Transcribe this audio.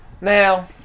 Now